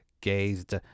gazed